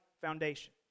foundation